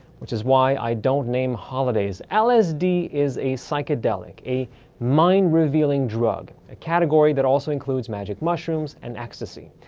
which is why i don't name holidays. lsd is a psychedelic, a mind-revealing drug, a category that also includes magic mushrooms and ecstasy.